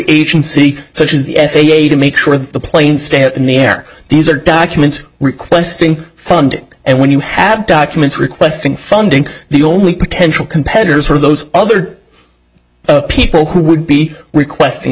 agency such as the f a a to make sure the plane stay in the air these are documents requesting funding and when you have documents requesting funding the only potential competitors are those other people who would be requesting